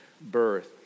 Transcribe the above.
birth